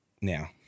now